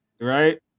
Right